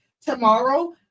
tomorrow